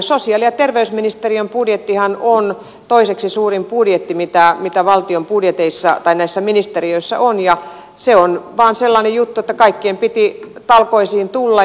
sosiaali ja terveysministeriön budjettihan on toiseksi suurin budjetti mitä näissä ministeriöissä on ja se on vain sellainen juttu että kaikkien piti talkoisiin tulla